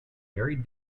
very